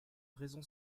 raison